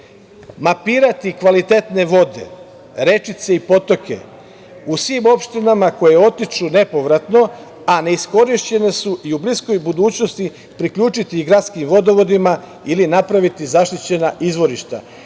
Mapirati kvalitetne vode, rečice i potoke u svim opštinama koje otiču nepovratno, a neiskorišćene su i u bliskoj budućnosti priključiti gradskim vodovodima ili napraviti zaštićena izvorišta. Posebno